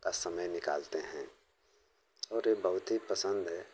का समय निकालते हैं और यह बहुत ही पसंद है